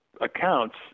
accounts